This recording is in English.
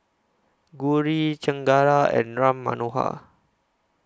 Gauri Chengara and Ram Manohar